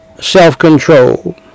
self-control